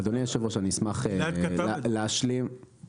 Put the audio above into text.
אדוני היו"ר, אני אשמח להשלים את דבריי.